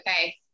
okay